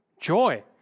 joy